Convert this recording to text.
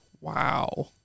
Wow